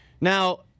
Now